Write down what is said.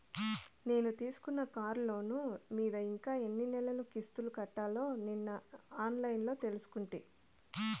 నేను తీసుకున్న కార్లోను మీద ఇంకా ఎన్ని నెలలు కిస్తులు కట్టాల్నో నిన్న ఆన్లైన్లో తెలుసుకుంటి